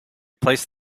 placed